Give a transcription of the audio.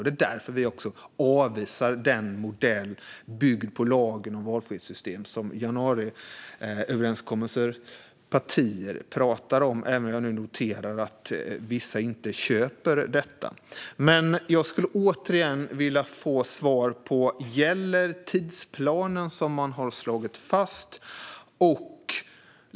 Det är därför som vi avvisar den modell byggd på lagen om valfrihetssystem som januariöverenskommelsens partier talar om, även om jag nu noterar att vissa inte köper detta. Jag skulle återigen vilja få svar på frågan om tidsplanen som man har slagit fast gäller.